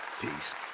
Peace